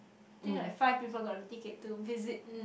I think like five people got the ticket to visit